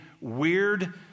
weird